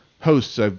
Hosts